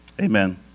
amen